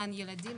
גן ילדים,